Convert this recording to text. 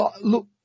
look